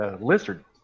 lizard